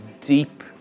deep